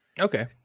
Okay